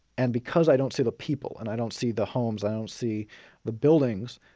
and because i don't see the people and i don't see the homes, i don't see the buildings,